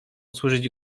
służyć